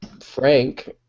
Frank